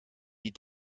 die